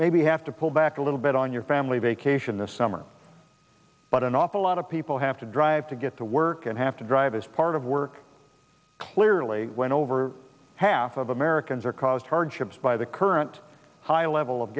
maybe have to pull back a little bit on your family vacation this summer but an awful lot of people have to drive to get to work and have to drive as part of work clearly went over half of americans or caused hardships by the current high level of